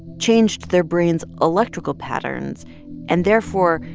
changed their brains electrical patterns and, therefore,